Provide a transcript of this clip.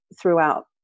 throughout